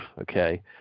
okay